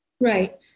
Right